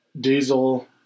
Diesel